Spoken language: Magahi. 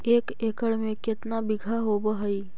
एक एकड़ में केतना बिघा होब हइ?